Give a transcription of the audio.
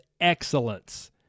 excellence